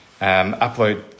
upload